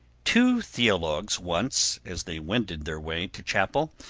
two theologues once, as they wended their way to chapel,